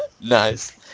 Nice